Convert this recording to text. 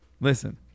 Listen